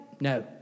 No